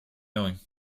knowing